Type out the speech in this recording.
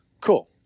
cool